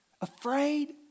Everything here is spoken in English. Afraid